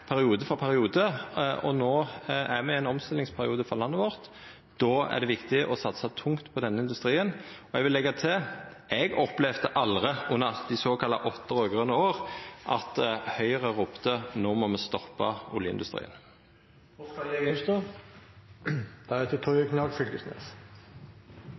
periode for periode. No er me inne i ein omstillingsperiode for landet vårt. Då er det viktig å satsa tungt på denne industrien. Og eg vil leggja til: Eg opplevde aldri under dei såkalla åtte raud-grøne åra at Høgre ropte: No må me stoppa oljeindustrien.